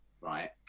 right